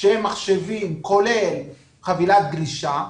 שהם מחשבים כולל חבילת גלישה,